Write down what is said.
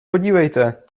podívejte